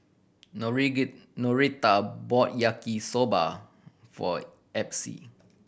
get Noreta bought Yaki Soba for Epsie